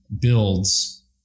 builds